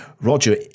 roger